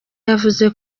yavuze